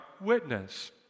witness